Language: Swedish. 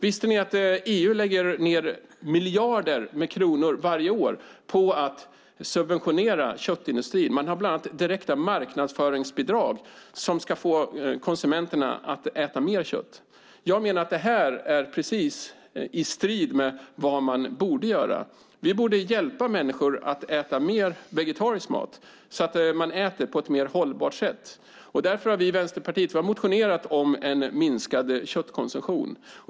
Visste ni att EU lägger ned miljarder kronor varje år på att subventionera köttindustrin. Man har bland annat direkta marknadsföringsbidrag som ska få konsumenterna att äta mer kött. Jag menar att detta står i strid med vad man borde göra. Vi borde hjälpa människor att äta mer vegetarisk mat så att vi äter på ett mer hållbart sätt. Vänsterpartiet har motionerat om en minskad köttproduktion.